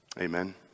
Amen